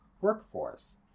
workforce